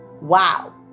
wow